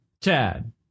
Chad